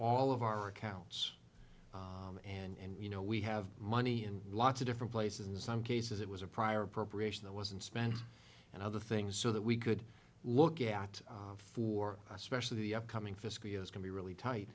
all of our accounts and you know we have money and lots of different places in some cases it was a prior appropriation that wasn't spent and other things so that we could look out for especially the upcoming fiscal years can be really tight